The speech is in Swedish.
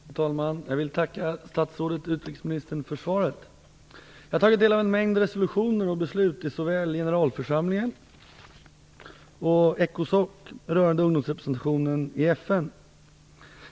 Fru talman! Jag vill tacka utrikesministern för svaret. Jag har tagit del av en mängd resolutioner och beslut i såväl generalförsamlingen som Ecosoc rörande ungdomsrepresentationen i FN.